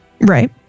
Right